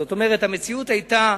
זאת אומרת: המציאות היתה,